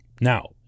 Now